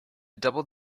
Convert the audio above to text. double